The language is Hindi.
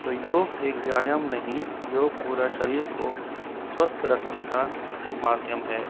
तो योग एक व्यायाम नहीं योग पूरा शरीर को स्वस्थ रखने का एक माध्यम है